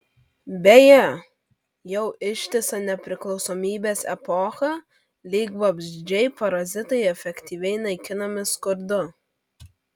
beje jau ištisą nepriklausomybės epochą lyg vabzdžiai parazitai efektyviai naikinami skurdu